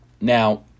Now